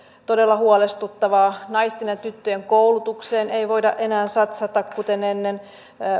todella huolestuttavaa naisten ja tyttöjen koulutukseen ei voida enää satsata kuten ennen